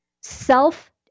self